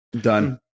done